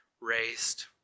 raised